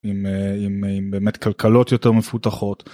עם באמת כלכלות יותר מפותחות.